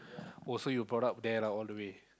oh so you brought up there lah all the way